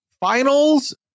Finals